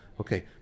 Okay